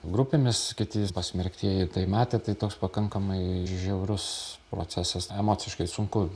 grupėmis kiti pasmerktieji tai metė tai toks pakankamai žiaurus procesas emociškai sunku